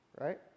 Right